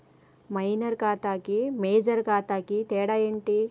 Minor ఖాతా కి major ఖాతా కి తేడా ఏంటి?